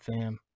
fam